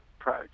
approach